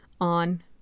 on